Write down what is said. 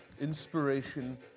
inspiration